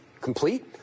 complete